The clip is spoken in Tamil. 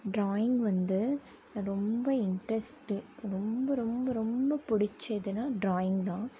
டிராயிங் வந்து ரொம்ப இன்ட்ரெஸ்ட்டு ரொம்ப ரொம்ப ரொம்ப பிடிச்சதுனா டிராயிங் தான்